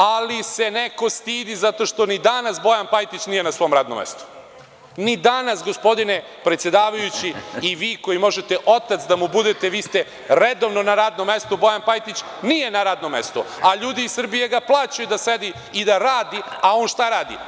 Ali se neko stidi zato što ni danas Bojan Pajtić nije na svom radnom mestu, ni danas gospodine predsedavajući i vi koji možete otac da mu budete vi ste redovno na radnom mestu, a Bojan Pajtić nije na radnom mestu, a ljudi iz Srbije ga plaćaju da sedi i da radi, a on šta radi?